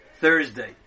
Thursday